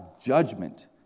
judgment